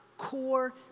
core